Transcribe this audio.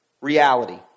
Reality